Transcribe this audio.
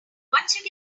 once